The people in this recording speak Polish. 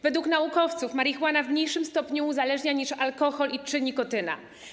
Według naukowców marihuana w mniejszym stopniu uzależnia niż alkohol czy nikotyna.